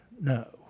no